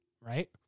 right